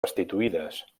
restituïdes